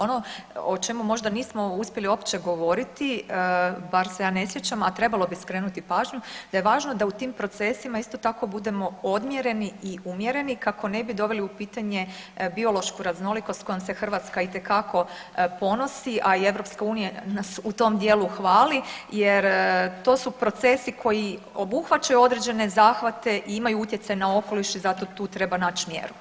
Ono o čemu možda nismo uspjeli uopći govoriti, bar se ja ne sjećam, a trebalo bi skrenuti pažnju da je važno da u tim procesima isto tako budemo odmjereni i umjereni kako ne bi doveli u pitanje biološku raznolikost kojom se Hrvatska itekako ponosi, a i EU nas u tom dijelu hvali jer to su procesi koji obuhvaćaju određene zahvate i imaju utjecaj na okoliš i zato tu treba nać mjeru.